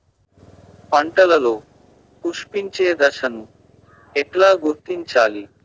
పంటలలో పుష్పించే దశను ఎట్లా గుర్తించాలి?